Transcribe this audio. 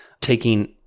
taking